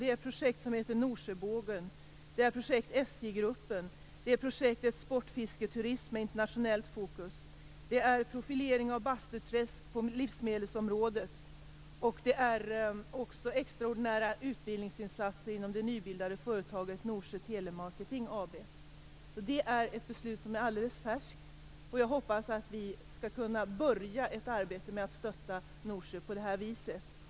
Det är ett projekt som heter Norsjöbågen, projekt SJ gruppen, projektet Sportfisketurism med internationellt fokus, profilering av Bastuträsk på livsmedelsområdet och extraordinära utbildningsinsatser inom det nybildade företaget Norsjö Telemarketing AB. Det är ett alldeles färskt beslut, och jag hoppas att vi skall kunna påbörja ett arbete med att stötta Norsjö på det här viset.